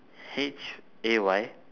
H A Y